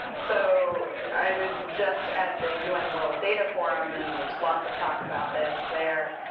so i was just at the u n. world data forum, and there's lots of talk about this there.